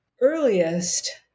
earliest